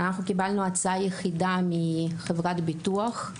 קיבלנו הצעה יחידה מחברת ביטוח,